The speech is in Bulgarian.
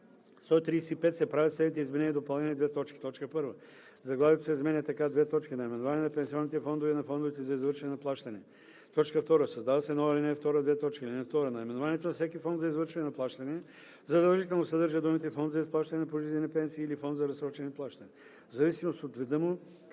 зависимост от вида му